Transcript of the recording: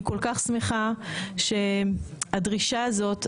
אני כל כך שמחה שהדרישה הזאת,